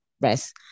rest